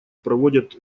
проводят